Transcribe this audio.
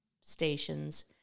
stations